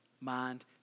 mind